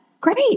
Great